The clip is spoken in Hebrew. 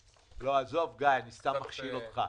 עזוב, גיא, אני סתם מכשיל אותך.